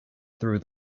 through